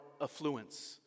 affluence